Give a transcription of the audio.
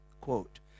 quote